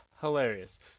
hilarious